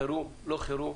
חירום, לא חירום,